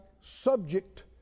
subject